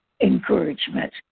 encouragement